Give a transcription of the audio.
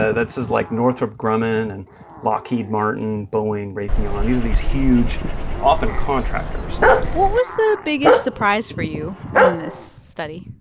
ah that's like northrop grumman and lockheed martin, boeing, raytheon. these are these huge often contractors what was the biggest surprise for you in this study?